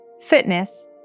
fitness